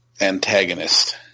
antagonist